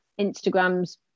Instagram's